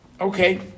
Okay